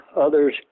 others